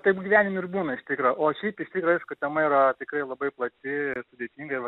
taip gyvenime ir būna iš tikro o šiap iš tikro aišku tema yra tikrai labai plati ir sudėtinga ir vat